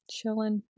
Chilling